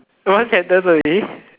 one sentence only